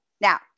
Now